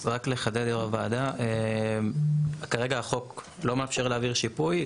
רק לחדד יו"ר הוועדה כרגע החוק לא מאפשר להעביר שיפוי.